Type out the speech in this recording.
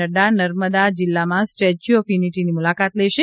નઙા નર્મદા જિલ્લામાં statue of યુનિટીની મુલાકાત લેશે